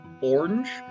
orange